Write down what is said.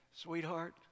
Sweetheart